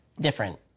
different